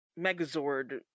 megazord